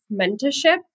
mentorship